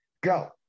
Go